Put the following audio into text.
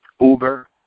Uber